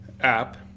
app